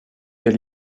des